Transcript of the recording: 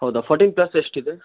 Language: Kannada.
ಹೌದಾ ಫೋರ್ಟಿನ್ ಪ್ಲಸ್ ಎಷ್ಟು ಇದೆ